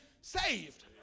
saved